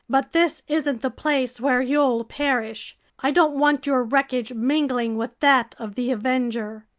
but this isn't the place where you'll perish! i don't want your wreckage mingling with that of the avenger!